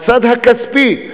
הצד הכספי.